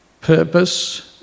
purpose